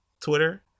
Twitter